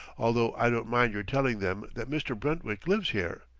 although i don't mind your telling them that mr. brentwick lives here,